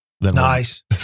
Nice